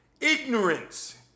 Ignorance